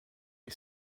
qui